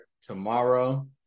tomorrow